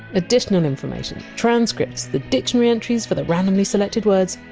additional information, transcripts, the dictionary entries for the randomly selected words